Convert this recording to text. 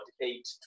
eight